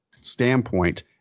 standpoint